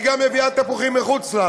היא גם מביאה תפוחים מחו"ל.